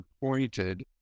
pointed